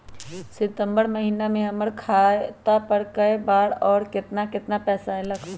सितम्बर महीना में हमर खाता पर कय बार बार और केतना केतना पैसा अयलक ह?